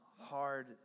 hard